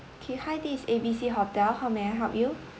okay hi this is A B C hotel how may I help you